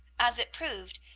as it proved,